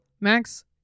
Max